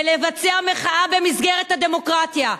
ולבצע מחאה במסגרת הדמוקרטיה.